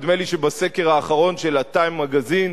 נדמה לי שבסקר האחרון של ה"טיים מגזין"